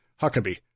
Huckabee